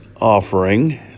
offering